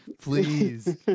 please